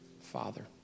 Father